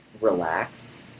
relax